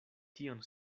tion